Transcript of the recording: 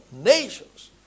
nations